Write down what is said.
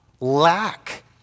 lack